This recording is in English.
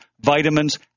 vitamins